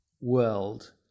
world